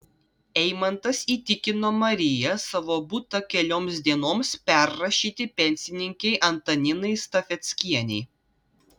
eimantas įtikino mariją savo butą kelioms dienoms perrašyti pensininkei antaninai stafeckienei